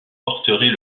porterait